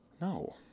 No